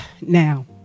now